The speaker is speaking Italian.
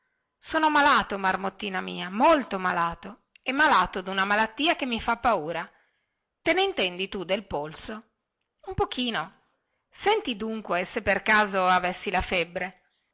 sono malato marmottina mia molto malato e malato duna malattia che mi fa paura te ne intendi tu del polso un pochino senti dunque se per caso avessi la febbre